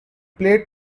played